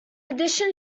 addition